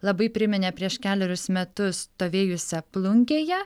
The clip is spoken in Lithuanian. labai priminė prieš kelerius metus stovėjusią plungėje